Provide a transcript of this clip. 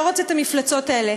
לא רוצה את המפלצות האלה.